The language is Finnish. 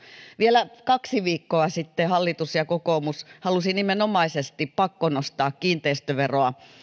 vielä kaksi viikkoa sitten hallitus ja kokoomus halusivat nimenomaisesti pakkonostaa kiinteistöveroa